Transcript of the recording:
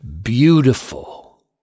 beautiful